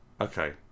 okay